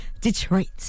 Detroit